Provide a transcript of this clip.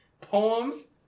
poems